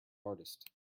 artist